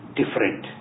different